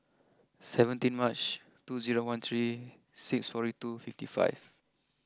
seventeen March two zero one three six forty two fifty five